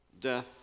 death